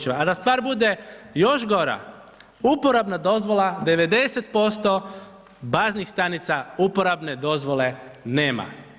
A da stvar bude još gora, uporabna dozvola, 90% baznih stanica uporabne dozvole nema.